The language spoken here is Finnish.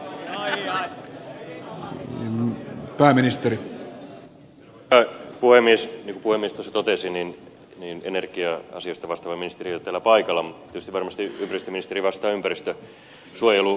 niin kuin puhemies tuossa totesi niin energia asioista vastaava ministeri ei ole täällä paikalla mutta tietysti varmasti ympäristöministeri vastaa ympäristönsuojelukysymyksiin